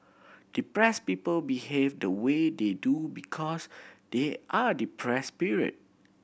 depressed people behave the way they do because they are depressed period